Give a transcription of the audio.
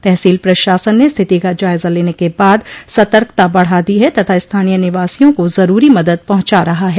तहसील प्रशासन ने स्थिति का जायजा लेने के बाद सतर्कता बढ़ा दी है तथा स्थानीय निवासियों को जरूरी मदद पहुंचा रहा है